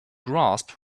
grasp